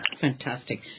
Fantastic